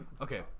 Okay